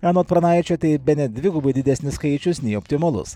anot pranaičio tai bene dvigubai didesnis skaičius nei optimalus